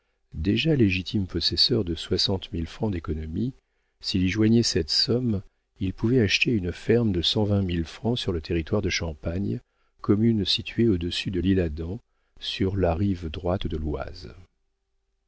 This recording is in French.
déjà légitime possesseur de soixante mille francs d'économies s'il y joignait cette somme il pouvait acheter une ferme de cent vingt mille francs sur le territoire de champagne commune située au-dessus de l'isle-adam sur la rive droite de l'oise